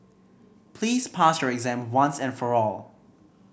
please pass your exam once and for all